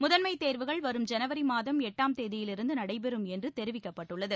முதன்மை தேர்வுகள் வரும் ஜனவரி மாதம் எட்டாம் தேதியிலிருந்து நடைபெறும் என்று தெரிவிக்கப்பட்டுள்ளது